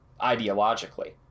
ideologically